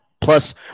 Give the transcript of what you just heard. Plus